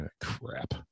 crap